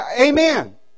Amen